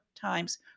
times